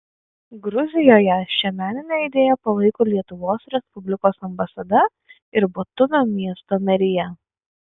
gruzijoje šią meninę idėją palaiko lietuvos respublikos ambasada ir batumio miesto merija